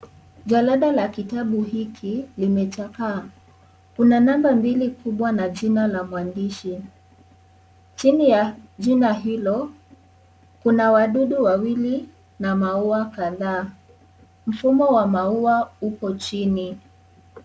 Jalada la kitabu hiki limechakaa. Kuna namba mbili kubwa na jina la mwandishi. Chini ya jina hilo kuna wadudu wawili na waua kadhaa. Mfumo wa maua upo chini.